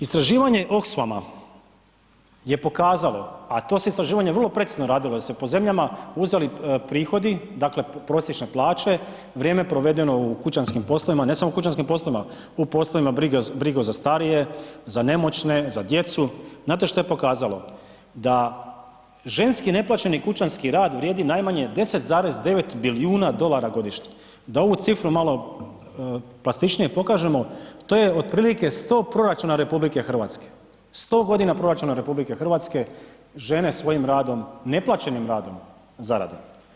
Istraživanje ... je pokazalo, a to se istraživanje vrlo precizno radilo jer se po zemljama uzeli prihodi dakle prosječne plaće, vrijeme provedeno u kućanskim poslovima, ne samo u kućanskim poslovima, u poslovima brige za starije, za nemoćne, za djecu, znate što je pokazalo?, da ženski neplaćeni kućanski rad vrijedi najmanje 10,9 bilijuna dolara godišnje, da ovu cifru malo plastičnije pokažemo, to je otprilike 100 proračuna Republike Hrvatske, 100 godina proračuna Republike Hrvatske žene svojim radom, neplaćenim radom zarade.